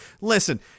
listen